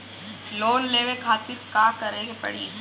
Loan लेवे खातिर का करे के पड़ी?